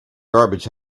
garbage